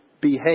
behave